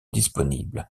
disponibles